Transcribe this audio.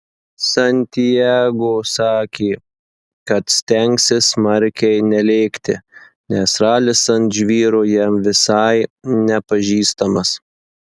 santiago sakė kad stengsis smarkiai nelėkti nes ralis ant žvyro jam visai nepažįstamas